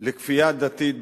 לכפייה דתית בתחבורה,